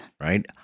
Right